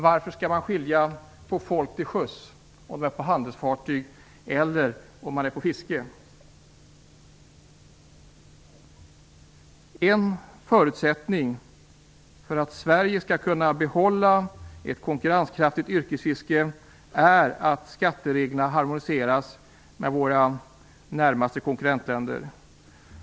Varför skall man skilja på folk till sjöss - om man är på handelsfartyg eller på fiskefartyg? En förutsättning för att Sverige skall kunna behålla ett konkurrenskraftigt yrkesfiske är att skattereglerna harmoniseras med våra närmaste konkurrentländers.